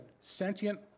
sentient